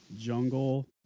jungle